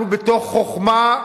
אנחנו, בחוכמה,